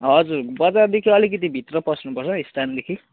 हजुर बजारदेखि अलिकति भित्र पस्नुपर्छ स्ट्यान्डदेखि